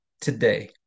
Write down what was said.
today